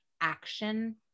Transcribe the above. action